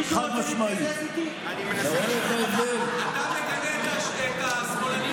אתה מגנה את "שמאלנים בוגדים"?